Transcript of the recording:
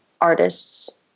artists